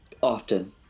Often